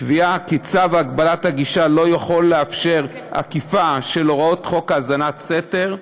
קביעה שצו הגבלת הגישה לא יכול לאפשר עקיפה של הוראות חוק האזנת סתר,